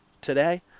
today